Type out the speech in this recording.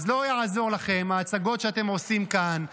אז לא יעזרו לכם ההצגות שאתם עושים כאן,